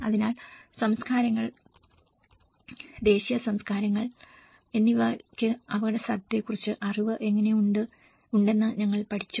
അതിനാൽ സംസ്കാരങ്ങൾ തദ്ദേശീയ സംസ്കാരങ്ങൾ എന്നിവയ്ക്ക് അപകടസാധ്യതയെക്കുറിച്ച് അറിവ് എങ്ങനെ ഉണ്ടെന്ന് ഞങ്ങൾ പഠിച്ചു